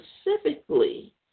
specifically